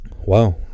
wow